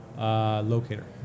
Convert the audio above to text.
Locator